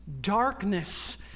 darkness